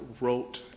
wrote